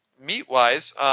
meat-wise